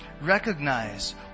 Recognize